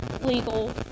legal